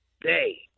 day